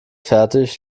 fertig